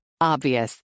Obvious